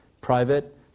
private